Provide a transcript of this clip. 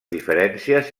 diferències